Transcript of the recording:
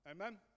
Amen